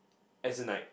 as in like